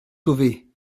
sauver